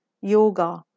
yoga